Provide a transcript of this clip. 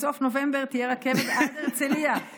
מסוף נובמבר תהיה רכבת עד הרצליה,